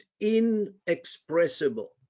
inexpressible